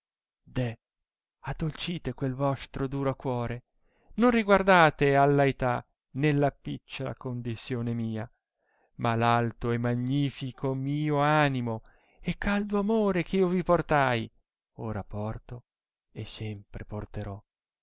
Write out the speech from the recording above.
addolcite quel vostro duro cuore non riguardate alla età né alla picciola condizione mia ma l alto e magnifico mio animo e caldo amore eh io vi portai ora porto e sempre porterò